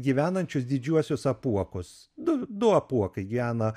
gyvenančius didžiuosius apuokus du du apuokai gyvena